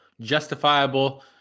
justifiable